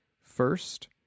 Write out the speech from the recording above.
first